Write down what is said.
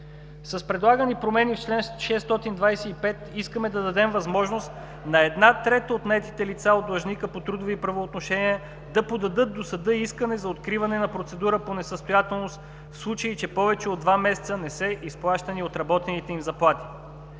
С предлаганите промени в чл. 625 искаме да дадем възможност на една трета от наетите лица от длъжника по трудови правоотношения да подадат до съда искане за откриване на процедура по несъстоятелност, в случай че повече от два месеца не са изплащани отработените им заплати.